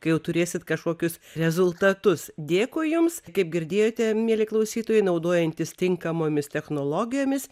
kai jau turėsit kažkokius rezultatus dėkui jums kaip girdėjote mieli klausytojai naudojantis tinkamomis technologijomis